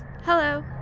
hello